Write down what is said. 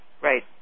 right